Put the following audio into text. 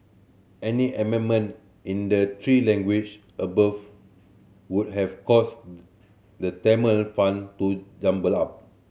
any amendment in the three language above would have caused the Tamil font to jumble up